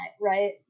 right